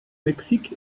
mexique